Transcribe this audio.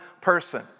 person